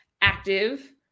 active